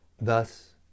Thus